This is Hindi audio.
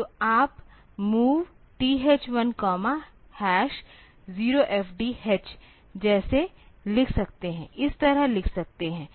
तो आप MOV TH1 0FDh जैसे लिख सकते हैं इस तरह लिख सकते हैं